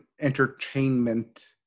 entertainment